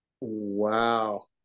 Wow